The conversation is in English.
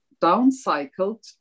downcycled